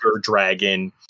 dragon